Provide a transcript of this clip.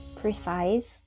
precise